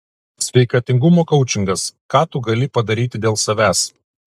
sveikatingumo koučingas ką tu gali padaryti dėl savęs